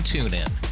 TuneIn